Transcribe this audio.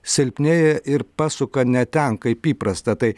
silpnėja ir pasuka ne ten kaip įprasta tai